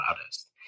loudest